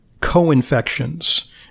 co-infections